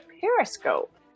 Periscope